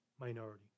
minority